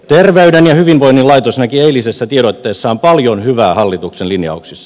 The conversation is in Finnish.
terveyden ja hyvinvoinnin laitos näki eilisessä tiedotteessaan paljon hyvää hallituksen linjauksissa